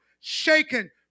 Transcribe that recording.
shaken